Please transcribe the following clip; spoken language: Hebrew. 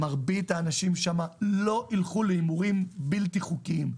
מרבית האנשים שם לא ילכו להימורים לא חוקיים.